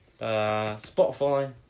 Spotify